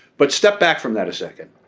but step back from that a second.